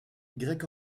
grec